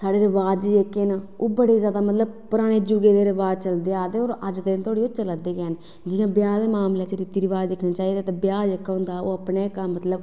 ते रवाज़ जेह्के न ओह् बड़े जादा मतलब पराने युगें दे रवाज़ चलदे आवा दे न होर अज्ज तोड़ी ओह् चला दे गै न जियां ब्याह् दे मामले च रीति रवाज़ दिक्खेआ जा ते ब्याह् जेह्का होंदा ओह् अपने मतलब